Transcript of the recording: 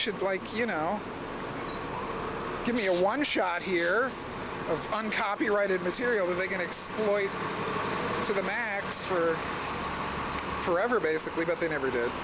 should like you know give me a one shot here on copyrighted material are they going to exploit to the banks for forever basically but they never did